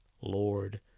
lord